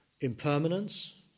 Impermanence